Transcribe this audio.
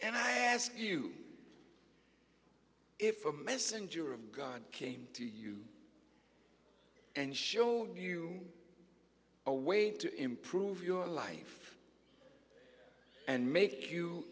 and i ask you if a messenger of god came to you and showed you a way to improve your life and make you